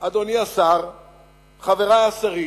חברי השרים,